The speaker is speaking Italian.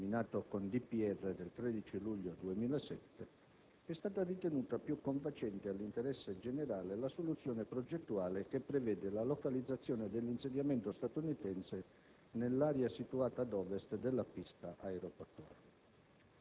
Repubblica del 13 luglio 2007), è stata ritenuta più confacente all'interesse generale la soluzione progettuale che prevede la localizzazione dell'insediamento statunitense nell'area situata ad ovest della pista aeroportuale.